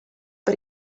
per